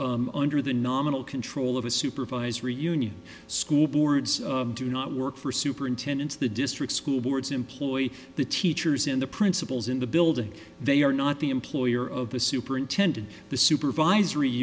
is under the nominal control of a supervisory union school boards of do not work for superintendents the district school boards employ the teachers in the principals in the building they are not the employer of the superintendent the supervisory